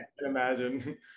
imagine